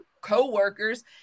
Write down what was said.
co-workers